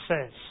says